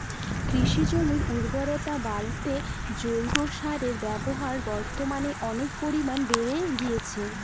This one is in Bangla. কৃষিজমির উর্বরতা বাড়াতে জৈব সারের ব্যবহার বর্তমানে অনেক পরিমানে বেড়ে গিয়েছে